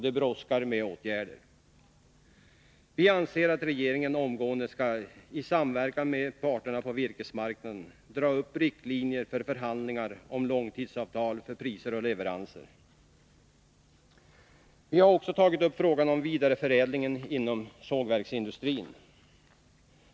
Det brådskar med åtgärder. Vi anser att regeringen omgående skall, i samverkan med parterna på virkesmarknaden, dra upp riktlinjer för förhandlingar om långtidsavtal för priser och leveranser. Vi har också tagit upp frågan om vidareförädlingen inom sågverksindustrin.